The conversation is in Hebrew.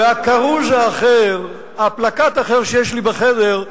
והכרוז האחר, הפלקט האחר שיש לי בחדר,